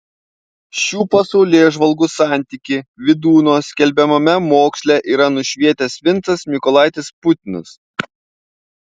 šių pasaulėžvalgų santykį vydūno skelbiamame moksle yra nušvietęs vincas mykolaitis putinas